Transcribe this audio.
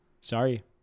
Sorry